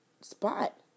spot